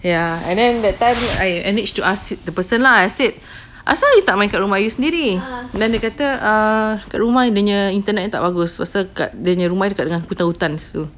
ya and then that time I managed to ask the person lah I said asal kau tak main kat rumah sendiri err dia kata kat rumah dia punya internet tak bagus pasal kat dia nya rumah dekat-dekat dengan hutan-hutan situ